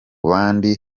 bandi